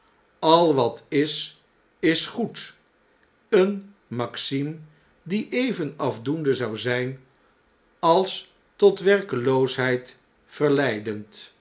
al wat is is goed een maxime die even afdoende zou zijn als tot werkeloosheid verleidend